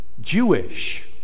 Jewish